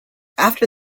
after